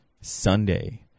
Sunday